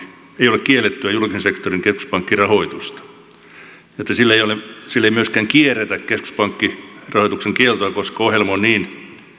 ei ole kiellettyä julkisen sektorin keskuspankkirahoitusta ja että sillä ei myöskään kierretä keskuspankkirahoituksen kieltoa koska ohjelma on niin